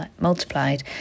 multiplied